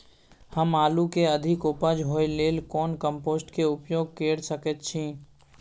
हम आलू के अधिक उपज होय लेल कोन कम्पोस्ट के उपयोग कैर सकेत छी?